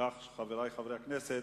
כך שחברי חברי הכנסת,